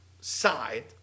side